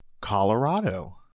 Colorado